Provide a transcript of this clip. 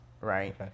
right